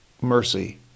mercy